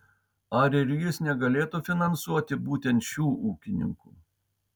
ar ir jis negalėtų finansuoti būtent šių ūkininkų